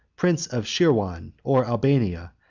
prince of shirwan, or albania,